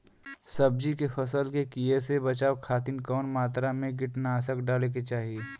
सब्जी के फसल के कियेसे बचाव खातिन कवन मात्रा में कीटनाशक डाले के चाही?